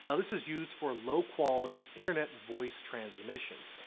and this is used for low quality internet voice transmissions.